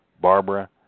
Barbara